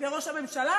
על-ידי ראש הממשלה